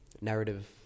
narrative